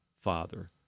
Father